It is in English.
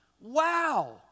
Wow